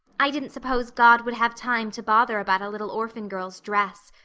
i didn't suppose god would have time to bother about a little orphan girl's dress.